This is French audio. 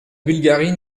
bulgarie